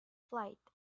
flight